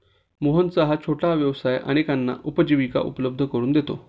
मोहनचा हा छोटासा व्यवसाय अनेकांना उपजीविका उपलब्ध करून देतो